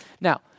Now